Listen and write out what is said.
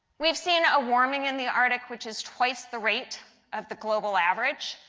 we have seen a warming in the arctic which is twice the rate of the global average.